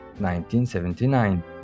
1979